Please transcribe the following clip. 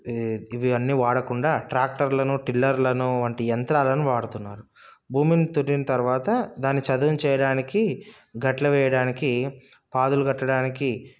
ఇవన్నీ వాడకుండా ట్రాక్టర్లను టిల్లర్లను వంటి యంత్రాలను వాడుతున్నారు భూమిని దున్నిన తర్వాత దానిని చదును చేయడానికి గట్లు వేయడానికి పాదులు కట్టడానికి